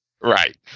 Right